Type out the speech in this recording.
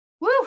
Woo